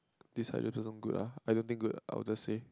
this Raju person good ah I don't think good I will just say